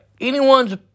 anyone's